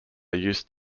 used